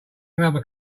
another